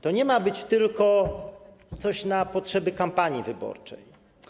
To nie ma być tylko coś na potrzeby kampanii wyborczej.